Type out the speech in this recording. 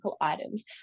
items